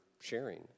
sharing